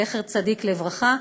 זכר צדיק לברכה,